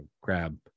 grab